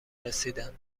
رسیدند